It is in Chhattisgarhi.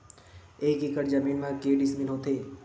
एक एकड़ जमीन मा के डिसमिल होथे?